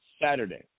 Saturday